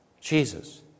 Jesus